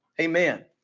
amen